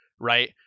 right